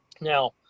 now